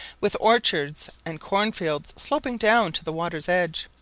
with orchards and corn-fields sloping down to the water's edge.